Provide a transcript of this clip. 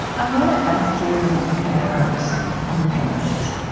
i want to ask you about elegance,